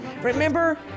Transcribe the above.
Remember